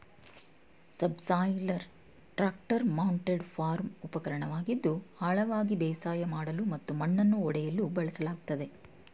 subsoiler tractor mounted farm ಉಪಕರಣವಾಗಿದ್ದು ಆಳವಾಗಿ ಬೇಸಾಯ ಮಾಡಲು ಮತ್ತು ಮಣ್ಣನ್ನು ಒಡೆಯಲು ಬಳಸಲಾಗ್ತದೆ